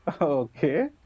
Okay